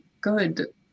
Good